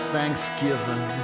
Thanksgiving